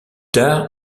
tard